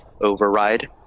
override